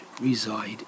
reside